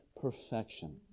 perfection